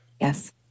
Yes